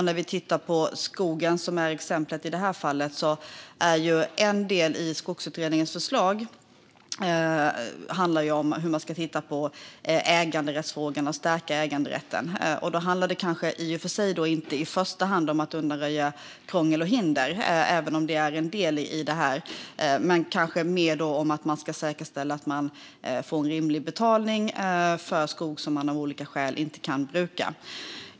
När det gäller skogen, som ju det här exemplet handlar om, är en del i Skogsutredningen att titta på äganderättsfrågorna och stärka äganderätten. Då handlar det kanske inte i första hand om att undanröja krångel och hinder, även om det är en del i detta, utan mer om att säkerställa att man får en rimlig betalning för skog som man av olika skäl inte kan bruka.